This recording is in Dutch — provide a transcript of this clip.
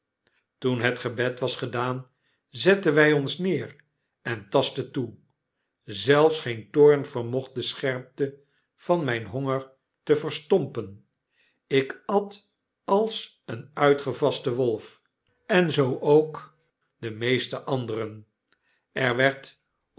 toen het gebed was gedaan zetten wy ons neer en tastten toe zelfs geen toorn vermocht de scherpte van myn honger te verstompen ik at als een uitgevaste wolf en zoo ook de meeste anderen er werd